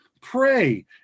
pray